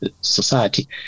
society